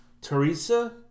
Teresa